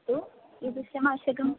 अस्तु कीदृशमावश्यकम्